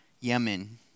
Yemen